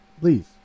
please